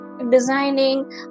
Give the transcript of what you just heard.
designing